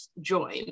join